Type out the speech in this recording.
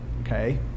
Okay